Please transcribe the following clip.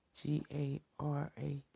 G-A-R-A